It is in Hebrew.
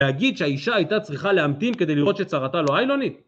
להגיד שהאישה הייתה צריכה להמתין כדי לראות שצרתה לא איילונית?